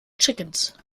chickens